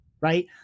right